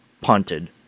punted